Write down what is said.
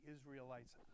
Israelites